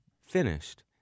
finished